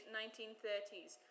1930s